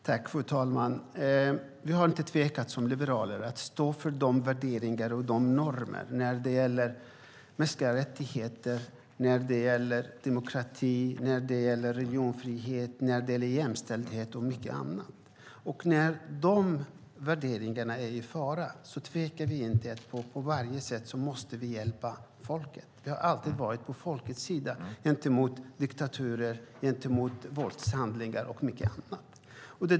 Fru talman! Vi har som liberaler inte tvekat att stå för värderingar och normer när det gäller mänskliga rättigheter, demokrati, religionsfrihet, jämställdhet och mycket annat. När de värderingarna är i fara tvekar vi inte att på varje sätt hjälpa folket. Vi har alltid varit på folkets sida gentemot diktaturer, våldshandlingar och mycket annat.